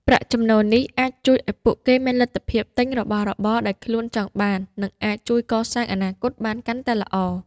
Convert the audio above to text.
ប្រាក់ចំណូលនេះអាចជួយឱ្យពួកគេមានលទ្ធភាពទិញរបស់របរដែលខ្លួនចង់បាន និងអាចជួយកសាងអនាគតបានកាន់តែល្អ។